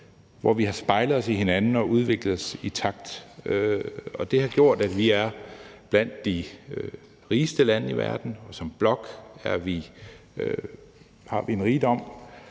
hvor vi har spejlet os i hinanden og udviklet os i takt, og det har gjort, at vi er blandt de rigeste lande i verden, og som blok har vi en rigdom